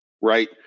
right